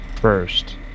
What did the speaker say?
first